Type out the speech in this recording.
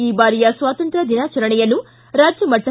ಈ ಬಾರಿಯ ಸ್ವಾತಂತ್ರ್ಯ ದಿನಾಚರಣೆಯನ್ನು ರಾಜ್ಯಮಟ್ಟ